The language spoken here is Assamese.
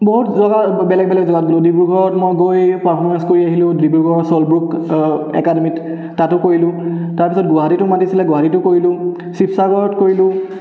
বহুত জেগা বেলেগ বেলেগ জেগাত গ'লোঁ ডিব্ৰুগড়ত মই গৈ পাৰফৰ্মেঞ্চ কৰি আহিলোঁ ডিব্ৰুগড় চল্ট ব্ৰুক একাডেমীত তাতো কৰিলোঁ তাৰপিছত গুৱাহাটীতো মাতিছিলে গুৱাহাটীতো কৰিলোঁ শিৱসাগৰত কৰিলোঁ